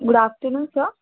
good afternoon sir